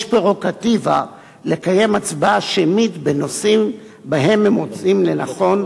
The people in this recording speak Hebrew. פררוגטיבה לקיים הצבעה שמית בנושאים שבהם הם מוצאים זאת לנכון,